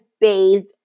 bathed